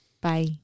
Bye